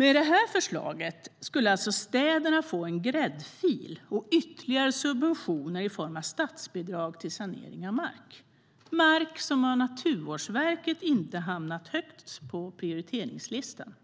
Med Alliansens förslag skulle alltså städerna få en gräddfil och ytterligare subventioner i form av statsbidrag till sanering av mark - mark som av Naturvårdsverket inte hamnat högst på prioriteringslistan.